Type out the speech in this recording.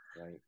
right